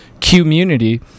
community